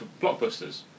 blockbusters